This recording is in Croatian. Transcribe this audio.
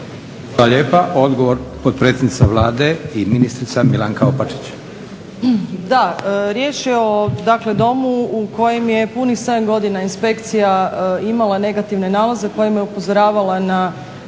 Hvala lijepa. Odgovor potpredsjednica Vlade i ministrica Milanka Opačić. **Opačić, Milanka (SDP)** Da, riječ je o domu u kojem je punih 7 godina inspekcija imala negativne nalaze kojima je upozoravala na